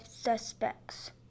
suspects